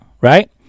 right